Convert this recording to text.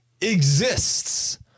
exists